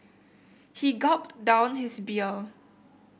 he gulped down his beer